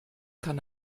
kann